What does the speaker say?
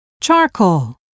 charcoal